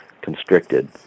constricted